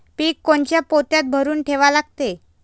पीक कोनच्या पोत्यात भरून ठेवा लागते?